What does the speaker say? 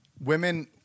women